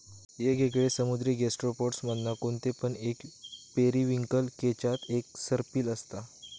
येगयेगळे समुद्री गैस्ट्रोपोड्स मधना कोणते पण एक पेरिविंकल केच्यात एक सर्पिल असता